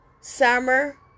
summer